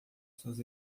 seus